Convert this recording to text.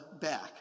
back